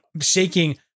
shaking